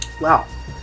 Wow